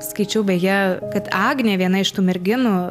skaičiau beje kad agnė viena iš tų merginų